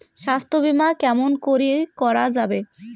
স্বাস্থ্য বিমা কেমন করি করা যাবে?